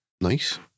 Nice